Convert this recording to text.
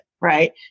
Right